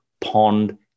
Pond